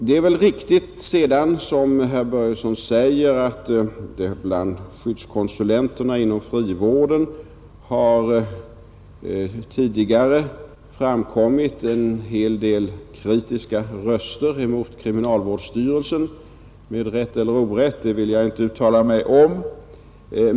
Det är väl riktigt, som herr Börjesson i Falköping sade, att bland skyddskonsulenterna inom frivården tidigare höjts en hel del kritiska röster mot kriminalvårdsstyrelsen — med rätt eller orätt vill jag inte uttala mig om.